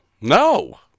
No